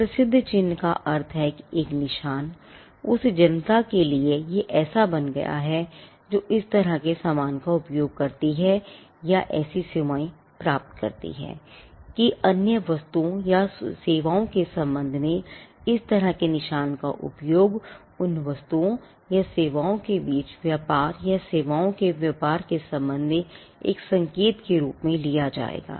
एक प्रसिद्ध चिह्न का अर्थ है एक निशान उस जनता के लिए ऐसा बन गया है जो इस तरह के सामान का उपयोग करती है या ऐसी सेवाएं प्राप्त करती है कि अन्य वस्तुओं या सेवाओं के संबंध में इस तरह के निशान का उपयोग उन वस्तुओं या सेवाओं के बीच व्यापार या सेवाओं के व्यापार के संबंध में एक संकेत के रूप में लिया जाएगा